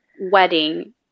wedding